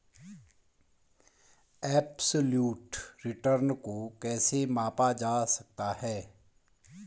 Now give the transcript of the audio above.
Absolute return को कैसे मापा जा सकता है?